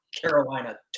Carolina